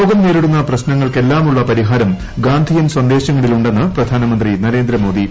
ലോകം നേരിടുന്ന പ്രശ്നങ്ങൾക്കെല്ലാമുള്ള പരിഹാരം ഗാന്ധിയൻ സന്ദേശങ്ങളിൽ ഉണ്ടെന്ന് പ്രധാന്മുന്തി നരേന്ദ്രമോദി